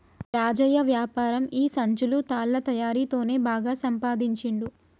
రాజయ్య వ్యాపారం ఈ సంచులు తాళ్ల తయారీ తోనే బాగా సంపాదించుండు